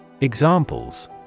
Examples